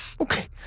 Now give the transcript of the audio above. okay